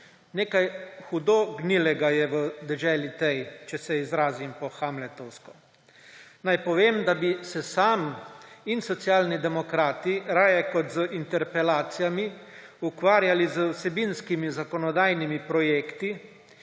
Nekaj hudo gnilega je v deželi tej, če se izrazim po hamletovsko. Naj povem, da bi se sam in Socialni demokrati raje kot z interpelacijami ukvarjali z vsebinskimi zakonodajnimi projekti.